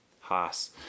Haas